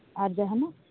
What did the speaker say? ᱟᱨ ᱡᱟᱦᱟᱸᱱᱟᱜ